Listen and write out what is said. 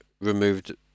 removed